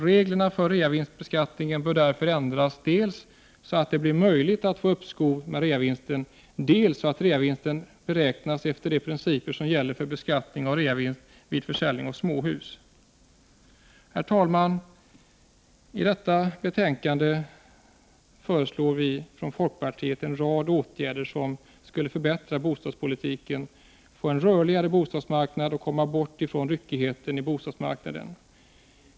Reglerna för reavinstbeskattningen bör därför ändras, dels så att det blir möjligt att få uppskov med reavinsten, dels så att reavinsten beräknas efter de principer som gäller för beskattning av reavinst vid försäljning av småhus. Herr talman! Som framgår av detta betänkande föreslår vi i folkpartiet en rad åtgärder som skulle kunna bidra till en förbättrad bostadspolitik. Vi skulle kunna få en rörligare bostadsmarknad och komma bort från ryckigheten på bostadsmarknaden.